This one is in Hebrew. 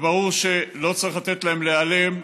וברור שלא צריך לתת להם להיעלם,